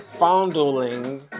fondling